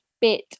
bit